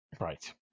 Right